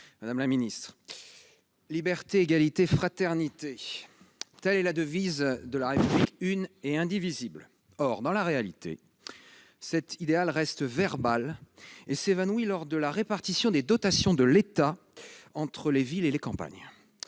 territoriales. « Liberté, égalité, fraternité », telle est la devise de la République, une et indivisible. Or, dans la réalité, cet idéal reste verbal et s'évanouit lors de la répartition des dotations de l'État entre les villes et les campagnes.